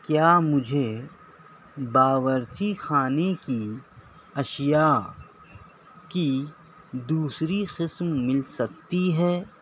کیا مجھے باورچی خانے کی اشیاء کی دوسری قسم مل سکتی ہے